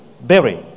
berry